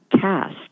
cast